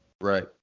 right